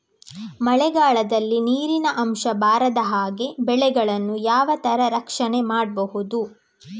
ಮಳೆಗಾಲದಲ್ಲಿ ನೀರಿನ ಅಂಶ ಬಾರದ ಹಾಗೆ ಬೆಳೆಗಳನ್ನು ಯಾವ ತರ ರಕ್ಷಣೆ ಮಾಡ್ಬಹುದು?